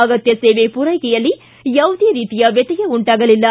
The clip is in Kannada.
ಆಗತ್ಯ ಸೇವೆ ಪೂರೈಕೆಯಲ್ಲಿ ಯಾವುದೇ ರೀತಿಯ ವ್ಯತ್ಯಯ ಉಂಟಾಗಲಿಲ್ಲ